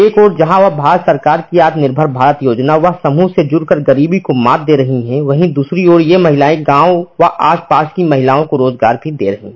एक और जहां वह भारत सरकार की आत्मनिर्भर भारत योजना व समूह से जुड़ कर गरीबी को मात दे रही हैं वहीं दूसरी ओर वह गांव व आसपास की महिलाओं को रोजगार भी दे रही हैं